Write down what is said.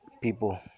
people